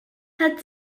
hat